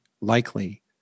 likely